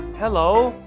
hello!